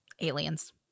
Aliens